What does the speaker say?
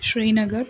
Srinagar